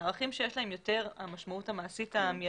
הערכים שיש להם יותר משמעות מעשית מיידית,